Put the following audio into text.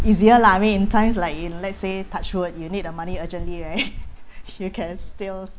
easier lah I mean in times like in let's say touch wood you need the money urgently right you can still